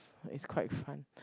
is quite fun